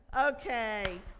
Okay